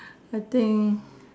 I think